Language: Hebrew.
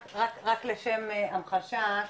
רק לשם המחשה,